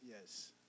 Yes